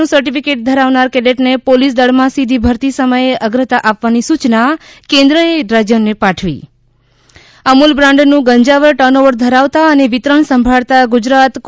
નું સર્ટિફિકેટ ધરાવનાર કેડેટને પોલિસ દળમાં સીધી ભરતી સમયે અગ્રતા આપવાની સૂચના કેન્દ્ર એ રાજ્યો ને પાઠવી અમુલ બ્રાન્ડનું ગંજાવર ટર્નઓવર ધરાવતું વિતરણ સંભાળતા ગુજરાત કો